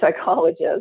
psychologist